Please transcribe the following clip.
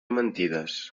mentides